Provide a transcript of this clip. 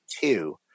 two